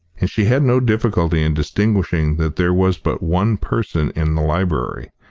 and she had no difficulty in distinguishing that there was but one person in the library,